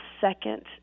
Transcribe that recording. second